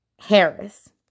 Harris